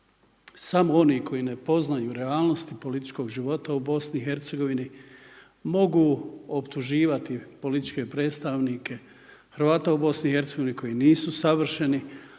samo oni koji ne poznaju realnost i političkog života u BIH mogu optuživati političke predstavnike Hrvata u BIH koji nisu savršeni,